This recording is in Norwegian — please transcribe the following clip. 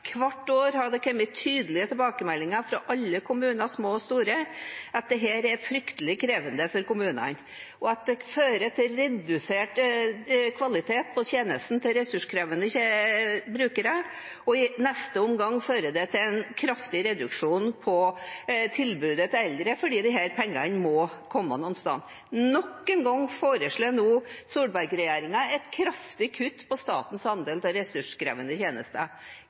Hvert år har det kommet tydelige tilbakemeldinger fra alle kommuner – små og store – om at dette er fryktelig krevende for kommunen, og at det fører til redusert kvalitet på tjenestene til ressurskrevende brukere, og i neste omgang fører det til en kraftig reduksjon av tilbudet til eldre fordi disse pengene må komme fra et sted. Nok en gang foreslår Solberg-regjeringen et kraftig kutt i statens andel av ressurskrevende tjenester.